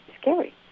scary